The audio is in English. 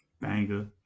Banger